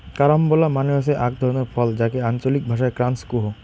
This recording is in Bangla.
কারাম্বলা মানে হসে আক ধরণের ফল যাকে আঞ্চলিক ভাষায় ক্রাঞ্চ কুহ